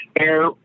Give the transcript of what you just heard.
air